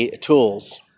tools